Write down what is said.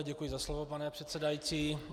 Děkuji za slovo, pane předsedající.